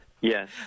Yes